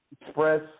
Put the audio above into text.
express